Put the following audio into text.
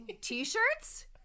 T-shirts